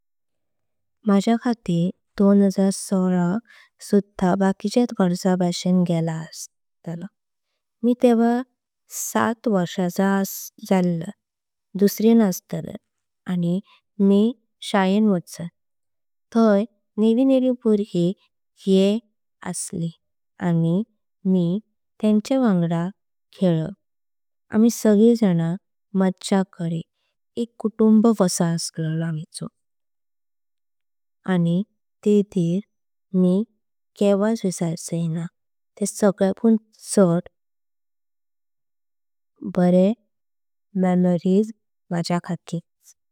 माझ्या खातीर दोन हजार सोळा सुध्दा बकीच्यत वर्ष भाषिण। गेला अस्तला मी तेव्हा आठ वर्षाचा झालय दुसरें अस्तलय। आणी मी शाळें वाचय थय नेवी नेवी बाळगी ये आणी मी। तेच्या वांगडा खेलय आमी सगळी जना मज्जा। करित असलो आणी ते दिस मी केव्वाच विसारचय। ना ते सगळ्याकून छद बरे मेमोरीज असले।